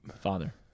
Father